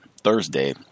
Thursday